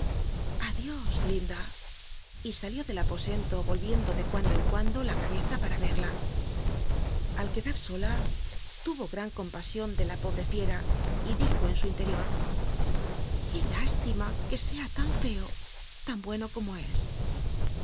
dios linda y alió del aposrnto i'oil iendo le cuando en cuando la raheza para l'rla al qul'dar sola hno g-ran compa ion ele la pobre fiera dijo en su interior qué lástima ijuo sea tan feo tan bueno como e